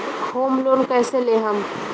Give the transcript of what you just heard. Home loan कैसे लेहम?